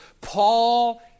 Paul